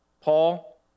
Paul